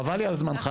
חבל לי על זמנך.